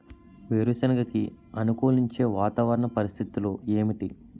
వేరుసెనగ కి అనుకూలించే వాతావరణ పరిస్థితులు ఏమిటి?